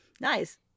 Nice